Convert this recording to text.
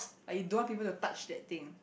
like you don't want people to touch that thing